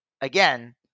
Again